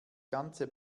ganze